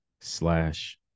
slash